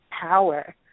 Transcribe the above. power